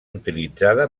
utilitzada